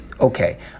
okay